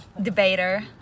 debater